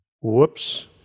Whoops